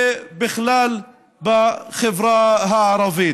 ובכלל בחברה הערבית.